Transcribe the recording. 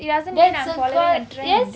it doesn't mean I'm following a trend